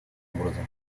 образом